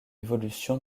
évolution